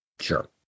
Sure